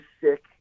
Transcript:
sick